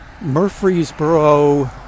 Murfreesboro